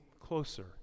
closer